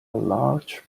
large